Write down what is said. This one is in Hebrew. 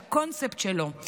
על הקונספט שלו,